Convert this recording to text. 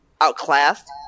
outclassed